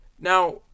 Now